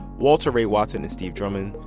walter ray watson and steve drummond.